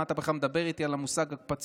מה אתה בכלל מדבר איתי על המושג הקפצות?